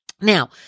Now